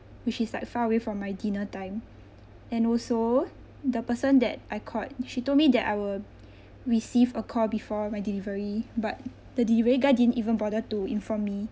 which is like far away from my dinner time and also the person that I called she told me that I will receive a call before my delivery but the delivery guy didn't even bothered to inform me